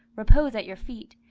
repose at your feet,